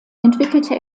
entwickelte